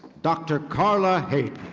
dr. carla hayden.